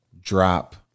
drop